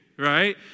right